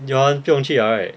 your one 不用去了 right